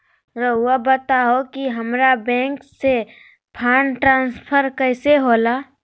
राउआ बताओ कि हामारा बैंक से फंड ट्रांसफर कैसे होला?